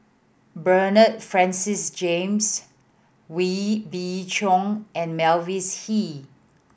Bernard Francis James Wee Beng Chong and Mavis Hee